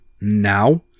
now